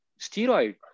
steroid